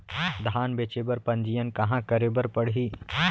धान बेचे बर पंजीयन कहाँ करे बर पड़ही?